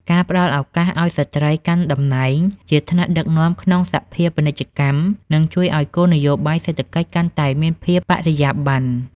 ការផ្ដល់ឱកាសឱ្យស្ត្រីកាន់តំណែងជាថ្នាក់ដឹកនាំក្នុងសភាពាណិជ្ជកម្ម នឹងជួយឱ្យគោលនយោបាយសេដ្ឋកិច្ចកាន់តែមានភាពបរិយាបន្ន។